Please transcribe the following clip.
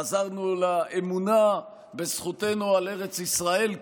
חזרנו לאמונה בזכותנו על ארץ ישראל כולה,